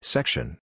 Section